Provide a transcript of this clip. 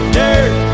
dirt